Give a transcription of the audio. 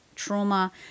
trauma